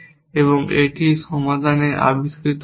এবং এটি সমাধানে আবিষ্কৃত হবে